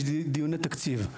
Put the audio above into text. יש דיוני תקציב,